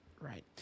right